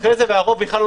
הרוב בכלל לא